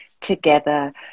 together